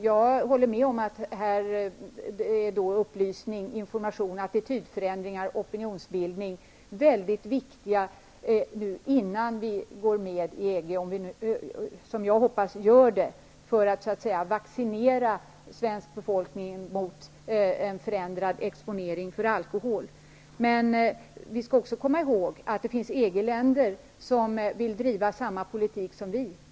Jag håller med om att upplysning, information, attitydförändringar och opinionsbildning är väldigt viktiga innan vi går med i EG -- vilket jag hoppas vi gör -- för att så att säga vaccinera svensk befolkning mot en förändrad exponering för alkohol. Vi skall också komma ihåg att det finns EG-länder som vill driva samma politik som vi.